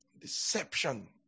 deception